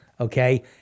Okay